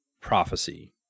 prophecy